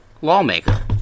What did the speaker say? lawmaker